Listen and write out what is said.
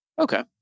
Okay